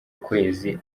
kwezi